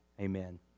amen